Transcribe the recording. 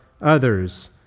others